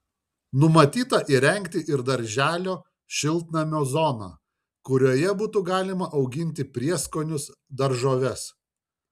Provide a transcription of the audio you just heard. numatyta įrengti ir darželio šiltnamio zoną kurioje būtų galima auginti prieskonius daržoves